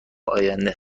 آینده